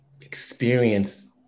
experience